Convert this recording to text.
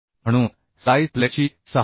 म्हणून स्लाईस प्लेटची 6 मि